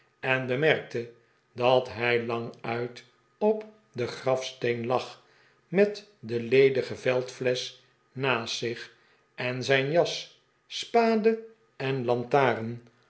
en bemerkte dat hij languit op den grafsteen lag met de ledige veldflesch naast zich en zijn jas spade en